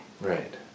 Right